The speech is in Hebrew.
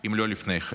אם לא לפני כן.